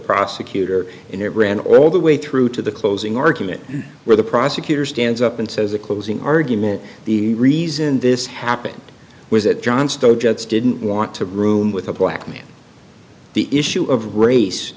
prosecutor in it ran all the way through to the closing argument where the prosecutor stands up and says the closing argument the reason this happened was that johnstone jets didn't want to room with a black man the issue of race